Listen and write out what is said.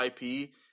IP